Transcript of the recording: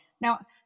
Now